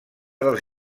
dels